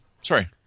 Sorry